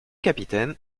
capitaine